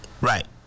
Right